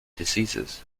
diseases